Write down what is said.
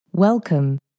Welcome